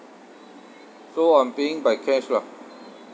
so I'm paying by cash lah